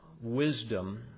wisdom